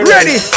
Ready